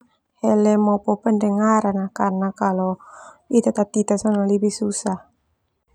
Hele mopo pendengaran ah karena kalo ita ta tita sono lebih susah.